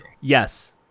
yes